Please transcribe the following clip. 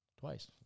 twice